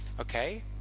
Okay